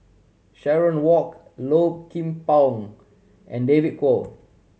Sharon Walk Low Kim Pong and David Kwo